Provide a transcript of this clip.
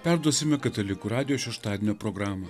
perduosime katalikų radijo šeštadienio programą